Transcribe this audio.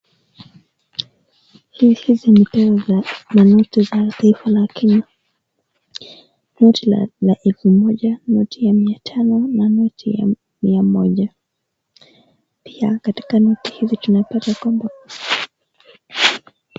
Hizi ni noti za elfu lakini. Noti labda la elfu moja, noti ya mia tao na noti ya mia moja. Pia katika noti hizi tunapata kwamba